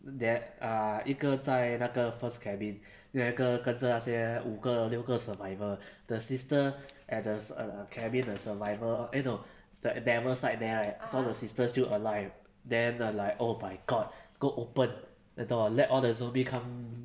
that are 一个在那个 first cabin 另外跟着那些五个六个 survivor the sister at the cabin the survivor eh no that devil side there right so the sister still alive then err like oh my god go open the door let all the zombie come